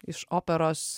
iš operos